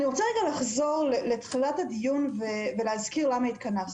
אני רוצה לחזור לתחילת הדיון ולהזכיר למה התכנסנו.